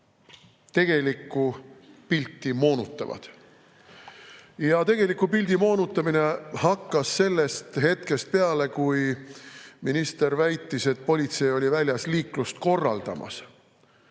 tegelikku pilti moonutavad. Ja tegeliku pildi moonutamine hakkas sellest hetkest peale, kui minister väitis, et politsei oli väljas liiklust korraldamas.